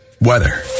Weather